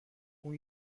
اون